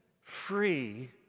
free